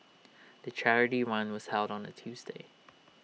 the charity run was held on A Tuesday